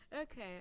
Okay